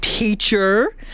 Teacher